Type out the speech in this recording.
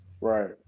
Right